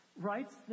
writes